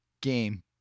game